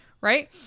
right